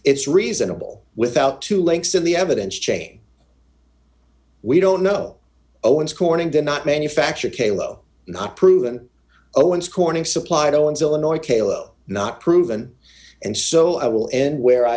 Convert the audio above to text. it's reasonable without two links in the evidence chain we don't know owens corning did not manufacture kalo not proven owens corning supplied owens illinois kalo not proven and so i will end where i